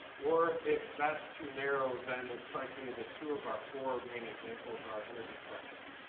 or if that's too narrow, then it strikes me that two of our four main examples are energy questions,